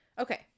Okay